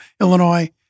Illinois